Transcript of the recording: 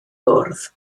bwrdd